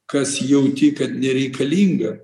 kas jauti kad nereikalinga